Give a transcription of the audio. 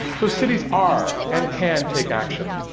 so cities are and can take action.